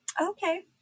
Okay